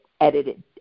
edited